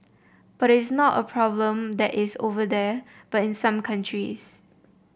but it's not a problem that is over there but in some countries